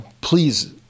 please